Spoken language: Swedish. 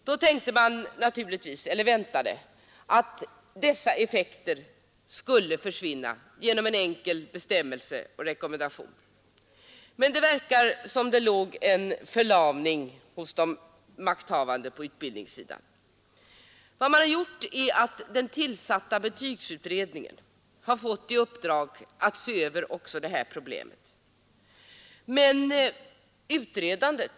Då väntade man naturligtvis att dessa effekter skulle försvinna genom en enkel bestämmelse eller rekommendation, men det verkar som om det låg en förlamning hos de makthavande på utbildningssidan. Vad man har gjort är att man uppdragit åt den tillsatta betygsutredningen att se över även det här problemet.